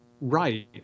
right